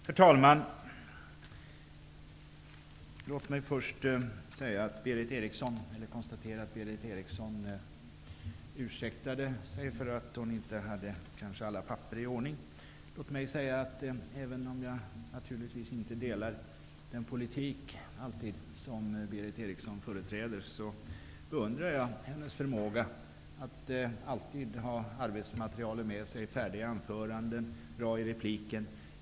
Herr talman! Låt mig först konstatera att Berith Eriksson ursäktade sig för att hon kanske inte hade alla papper i ordning. Även om jag naturligtvis inte alltid delar den politik som Berith Eriksson företräder, beundrar jag hennes förmåga att alltid ha arbetsmaterialet med sig liksom färdiga anföranden och bra repliker.